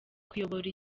kuyobora